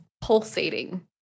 pulsating